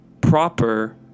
proper